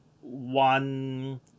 one